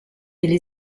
delle